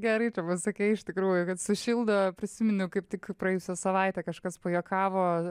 gerai čia pasakei iš tikrųjų kad sušildo prisiminiau kaip tik praėjusią savaitę kažkas pajuokavo